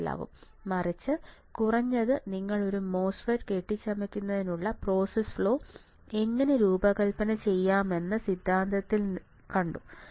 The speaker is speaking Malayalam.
മറിച്ച് കുറഞ്ഞത് നിങ്ങൾ ഒരു മോസ്ഫെറ്റ് കെട്ടിച്ചമയ്ക്കുന്നതിനുള്ള പ്രോസസ് ഫ്ലോ എങ്ങനെ രൂപകൽപ്പന ചെയ്യാമെന്ന സിദ്ധാന്തത്തിൽ കണ്ടു